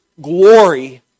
glory